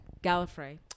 Gallifrey